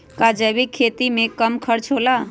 का जैविक खेती में कम खर्च होला?